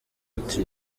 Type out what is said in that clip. ati